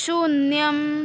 शून्यम्